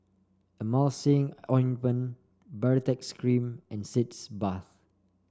Emulsying Ointment Baritex Cream and Sitz Bath